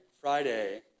Friday